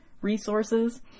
resources